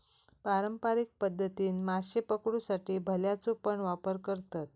पारंपारिक पध्दतीन माशे पकडुसाठी भाल्याचो पण वापर करतत